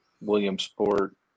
Williamsport